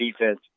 defense